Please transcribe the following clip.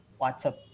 WhatsApp